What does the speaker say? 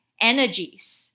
energies